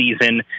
season